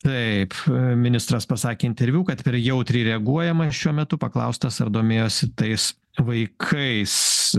taip ministras pasakė interviu kad per jautriai reaguojama šiuo metu paklaustas ar domėjosi tais vaikais